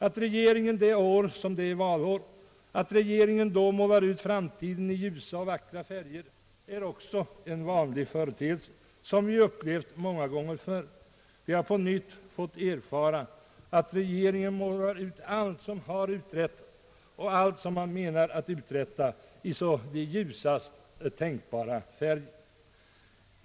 Att regeringen det år då det är valår målar framtiden i ljusa och vackra färger är också en vanlig företeelse som vi har upplevt många gånger förr. Vi har på nytt fått erfara att regeringen målar allt som har uträttats och allt som man avser att uträtta i ljusast tänkbara färger.